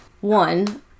One